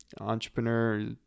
entrepreneur